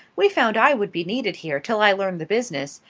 we found i would be needed here till i learned the business,